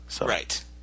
Right